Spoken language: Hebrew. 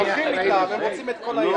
נותנים לכם אצבע ואתם רוצים את כל היד.